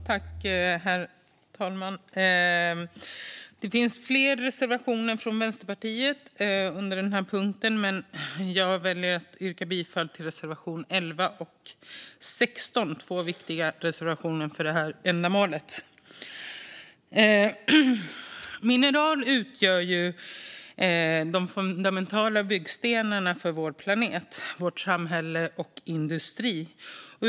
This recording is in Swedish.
Herr talman! Det finns flera reservationer från Vänsterpartiet under denna punkt, men jag väljer att yrka bifall till reservationerna 11 och 16. Det är två viktiga reservationer för detta ändamål. Mineral utgör de fundamentala byggstenarna för vår planet, för vårt samhälle och för vår industri.